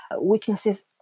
weaknesses